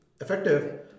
effective